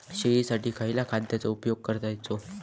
शेळीसाठी खयच्या खाद्यांचो उपयोग करायचो?